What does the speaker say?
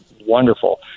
wonderful